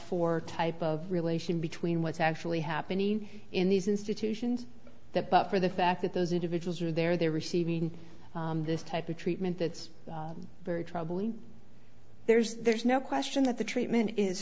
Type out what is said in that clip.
for type of relation between what's actually happening in these institutions the buffer the fact that those individuals are there they're receiving this type of treatment that's very troubling there's there's no question that the treatment is